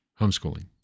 homeschooling